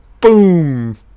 Boom